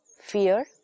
fear